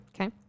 okay